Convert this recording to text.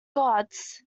gods